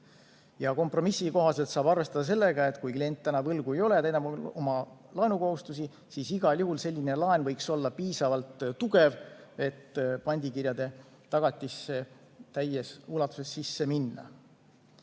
Kompromissi kohaselt saab arvestada sellega, et kui klient täna võlgu ei ole ja täidab oma laenukohustusi, siis igal juhul selline laen võiks olla piisavalt tugev, et pandikirjade tagatisse täies ulatuses sisse minna.